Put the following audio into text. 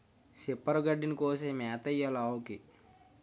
సిప్పరు గడ్డిని కోసి మేతెయ్యాలావుకి